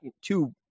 two